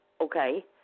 okay